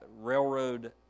railroad